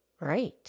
Right